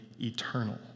eternal